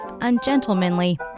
ungentlemanly